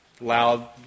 loud